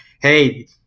hey